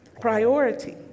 priority